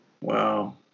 Wow